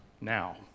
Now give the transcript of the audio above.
Now